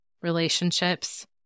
relationships